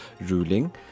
ruling